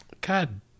God